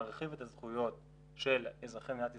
מרחיב את הזכויות של אזרחי מדינת ישראל,